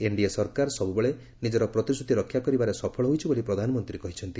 NDA ସରକାର ସବୁବେଳେ ନିଜର ପ୍ରତିଶ୍ରତିରକ୍ଷା କରିବାରେ ସଫଳ ହୋଇଛି ବୋଲି ପ୍ରଧାନମନ୍ତ୍ରୀ କହିଛନ୍ତି